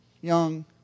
young